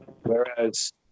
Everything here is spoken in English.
Whereas